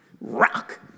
rock